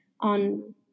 on